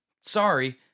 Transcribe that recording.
Sorry